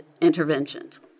interventions